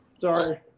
Sorry